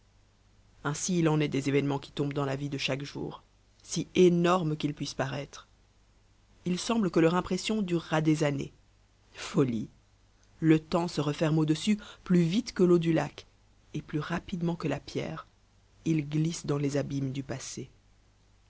ainsi il en est des événements qui tombent dans la vie de chaque jour si énormes qu'ils puissent paraître il semble que leur impression durera des années folie le temps se referme au-dessus plus vite que l'eau du lac et plus rapidement que la pierre ils glissent dans les abîmes du passé